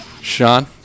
Sean